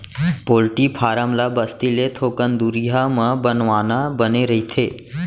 poultry farm ल बस्ती ले थोकन दुरिहा म बनवाना बने रहिथे